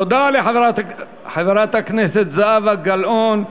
תודה לחברת הכנסת זהבה גלאון.